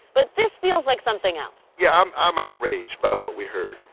but this feels like something else. yeah. i'm outraged by what we heard.